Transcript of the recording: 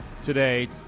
today